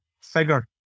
figure